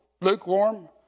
lukewarm